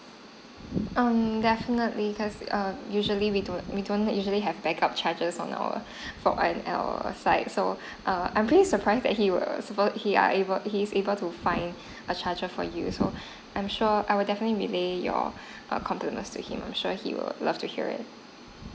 um definitely cause err usually we don't we don't usually have backup chargers on our from on our side so err I'm pretty surprise that he was he are able he's able to find a charger for you so I'm sure I will definitely relay your err compliments to him I'm sure he would love to hear it